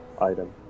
item